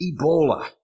Ebola